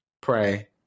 pray